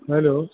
hello